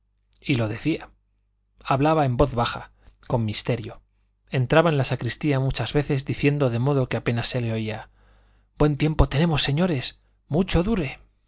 y lo decía hablaba en voz baja con misterio entraba en la sacristía muchas veces diciendo de modo que apenas se le oía buen tiempo tenemos señores mucho dure